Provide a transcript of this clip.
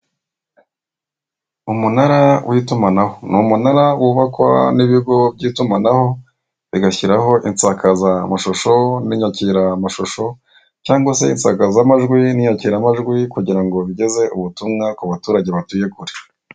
Umunara w'itumanaho ni umunara wubakwa n'ibigo by'itumanaho bigashyiraho insakazamashusho n'inyakiramashusho cyangwa se insakazamajwi n'inyakiramajwi kugira ngo bigeze ubutumwa ku baturage batuye kure.